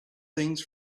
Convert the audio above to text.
things